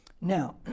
Now